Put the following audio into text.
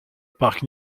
parc